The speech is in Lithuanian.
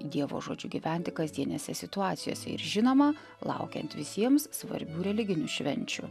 dievo žodžiu gyventi kasdienėse situacijose ir žinoma laukiant visiems svarbių religinių švenčių